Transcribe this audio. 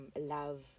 love